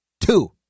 Two